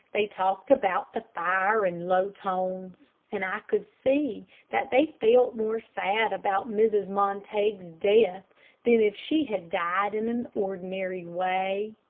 they talked about the fire in low tones, and i could see that they felt more sad about mrs. montague's death than if she had died in an ordinary way.